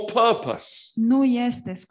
purpose